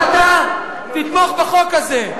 תתמוך בחוק הזה,